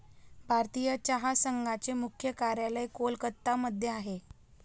भारतीय चहा संघाचे मुख्य कार्यालय कोलकत्ता मध्ये आहे